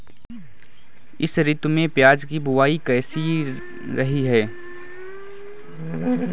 इस ऋतु में प्याज की बुआई कैसी रही है?